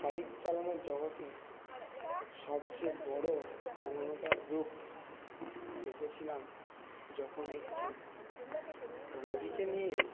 bike চালানোর জগতে সবচেয়ে বড় প্রবণতার রূপ দেখেছিলাম যখন একটি রোগীকে নিয়ে